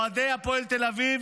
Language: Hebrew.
אוהדי הפועל תל אביב,